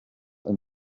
and